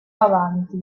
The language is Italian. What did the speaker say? avanti